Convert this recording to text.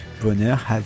bonheur